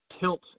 tilt